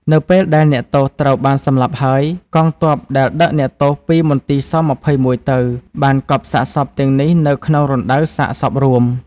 នៅពេលដែលអ្នកទោសត្រូវ បានសម្លាប់ហើយ កងទ័ពដែលដឹកអ្នកទោសពីមន្ទីរស-២១ទៅ បានកប់សាកសពទាំងនេះនៅក្នុងរណ្តៅសាកសពរួម។